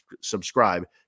subscribe